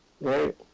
right